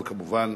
וכמובן,